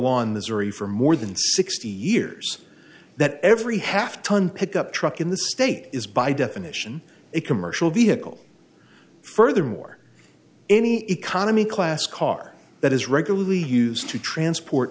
on this jury for more than sixty years that every half ton pickup truck in the state is by definition a commercial vehicle furthermore any economy class car that is regularly used to transport